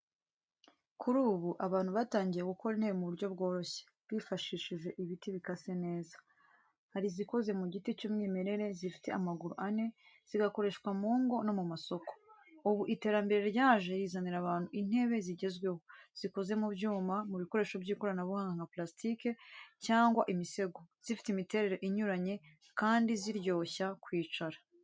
Kuri ubu, abantu batangiye gukora intebe mu buryo bworoshye, bifashishije ibiti bikase neza. Hari izikoze mu giti cy’umwimerere zifite amaguru ane, zigakoreshwa mu ngo no mu masoko. Ubu iterambere ryaje rizanira abantu intebe zigezweho, zikoze mu byuma, mu bikoresho by’ikoranabuhanga nka parasitike cyangwa imisego, zifite imiterere inyuranye kandi ziryoshya kwicara.